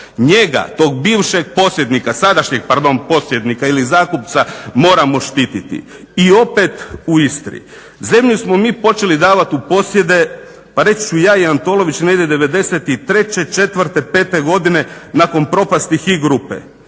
Njega, tog bivšeg posjednika sadašnjeg pardon posjednika ili zakupca moramo štititi. I opet u Istri, zemlju smo mi počeli davat u posjede pa reći ću ja i Antolović negdje '93., '94., '95. godine nakon propasti HI grupe.